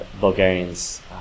Bulgarians